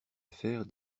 affaire